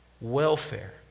welfare